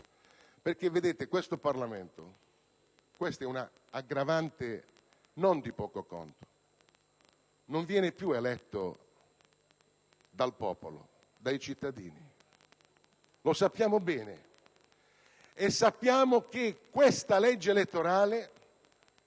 polemica. Vedete, questo Parlamento - è un'aggravante non di poco conto - non viene più eletto dal popolo, dai cittadini. Lo sappiamo bene e sappiamo anche che questa legge elettorale